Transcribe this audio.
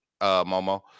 Momo